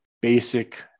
basic